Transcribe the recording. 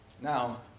Now